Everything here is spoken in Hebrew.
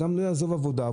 אדם לא יעזוב עבודה,